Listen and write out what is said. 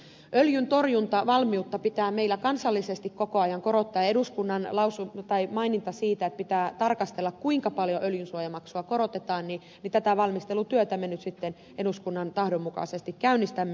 öljyntorjuntavalmiutta pitää meillä kansallisesti koko ajan korottaa ja perustuen eduskunnan mainintaan siitä että pitää tarkastella kuinka paljon öljynsuojamaksua korotetaan tätä valmistelutyötä me nyt sitten eduskunnan tahdon mukaisesti käynnistämme